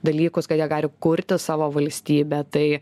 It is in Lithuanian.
dalykus kad jie gari kurti savo valstybę tai